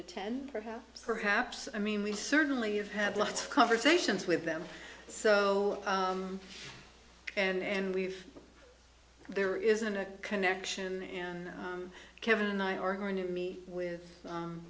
attend perhaps perhaps i mean we certainly have had lots of conversations with them so and we've there isn't a connection and kevin and i are going to me with